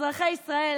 אזרחי ישראל,